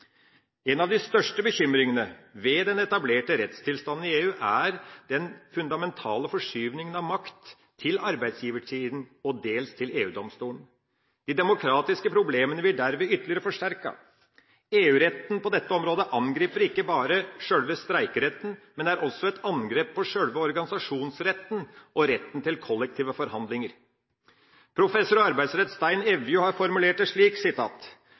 En av de største bekymringene ved den etablerte rettstilstanden i EU er den fundamentale forskyvningen av makt til arbeidsgiversiden og dels til EU-domstolen. De demokratiske problemene blir dermed ytterligere forsterket. EU-retten på dette området angriper ikke bare sjølve streikeretten, men er også et angrep på sjølve organisasjonsretten og retten til kollektive forhandlinger. Professor i arbeidsrett Stein Evju har formulert det slik: